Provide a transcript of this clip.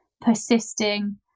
persisting